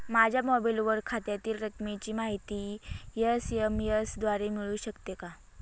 माझ्या मोबाईलवर खात्यातील रकमेची माहिती एस.एम.एस द्वारे मिळू शकते का?